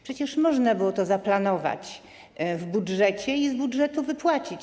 Przecież można było to zaplanować w budżecie i z budżetu wypłacić.